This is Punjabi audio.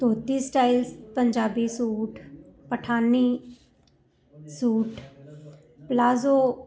dhoti style Punjabi suit Pathani suit palazzo